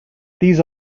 these